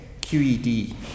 QED